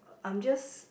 I'm just